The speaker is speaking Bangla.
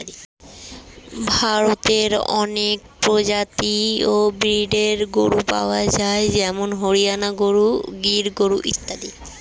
ভারতে অনেক প্রজাতি ও ব্রীডের গরু পাওয়া যায় যেমন হরিয়ানা গরু, গির গরু ইত্যাদি